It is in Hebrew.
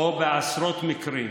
או בעשרות מקרים.